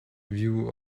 view